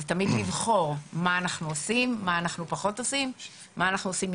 זה תמיד הבחירה לגבי מה אנחנו עושים ומה אנחנו פחות עושים.